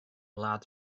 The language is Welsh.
wlad